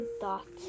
thoughts